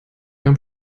beim